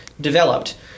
developed